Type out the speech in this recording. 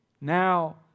Now